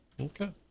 Okay